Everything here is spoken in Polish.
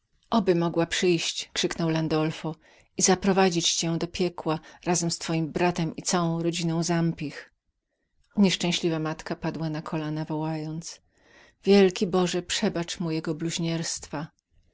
oby mogła przyjść krzyknął landulf i zaprowadzić cię do piekła razem z twoim bratem i całą rodziną zampich nieszczęśliwa matka padła na kolana wołając wielki boże przebacz mu jego bluźnierstwu